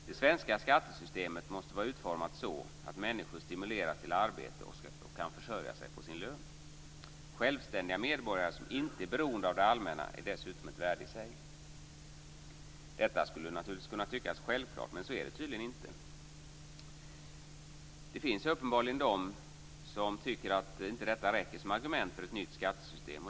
Det svenska skattesystemet måste vara utformat så, att människor stimuleras till arbete och kan försörja sig på sin lön. Självständiga medborgare som inte är beroende av det allmänna är dessutom ett värde i sig. Detta skulle kunna tyckas självklart, men så är det tydligen inte. Det finns uppenbarligen de som tycker att detta inte räcker som argument för ett nytt skattesystem.